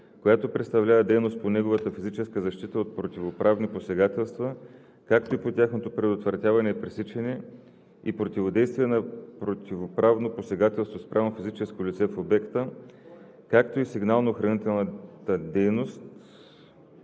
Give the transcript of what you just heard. която представлява дейност по неговата физическа защита от противоправни посегателства, както и по тяхното предотвратяване и пресичане, и противодействие на противоправно посегателство спрямо физическо лице в обекта, както и сигнално-охранителната дейност,